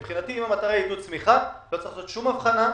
מבחינתי אם המטרה היא עידוד צמיחה לא צריך לעשות שום הבחנה,